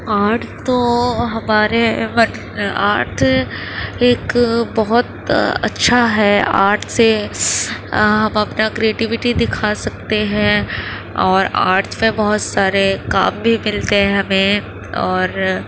art تو ہمارے art ایک بہت اچھا ہے آرٹ سے ہم اپنا کریٹیویٹی دکھا سکتے ہیں اور آرٹ سے بہت سارے کام بھی ملتے ہیں ہمیں اور